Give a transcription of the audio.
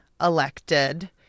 elected